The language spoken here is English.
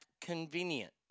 convenient